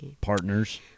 partners